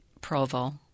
Provo